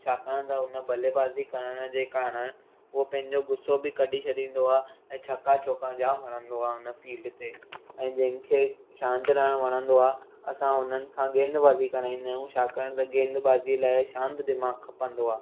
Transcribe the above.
छाकाणि त उन बलेबाज़ी करण जे कारण उहो पंहिंजो गुसो बि कढी छॾींदो आहे ऐं छका चौंका जाम हणंदो आहे उन फील्ड ते ऐं जंहिंखे शांति रहणु वणंदो आहे असां उन्हनि खां गेंदबाज़ी कराईंदा आहियूं छाकाणि त गेंद बाज़ीअ लाइ शांति दिमाग़ खपंदो आहे